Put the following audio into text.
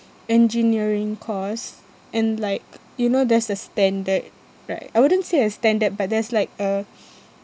engineering course and like you know there's a standard right I wouldn't say a standard but there's like a